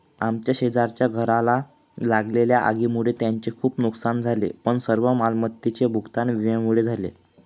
आमच्या शेजारच्या घराला लागलेल्या आगीमुळे त्यांचे खूप नुकसान झाले पण सर्व मालमत्तेचे भूगतान विम्यामुळे झाले